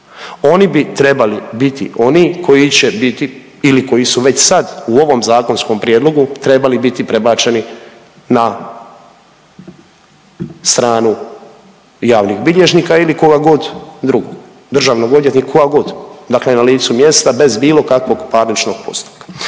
Oni bi trebali biti oni koji će biti ili koji su već sad u ovom zakonskom prijedlogu trebali biti prebačeni na stranu javnih bilježnika ili koga god drugog, državnom odvjetniku, koja god, dakle na licu mjesta, bez bilo kakvog parničnog postupka.